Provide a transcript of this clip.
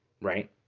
right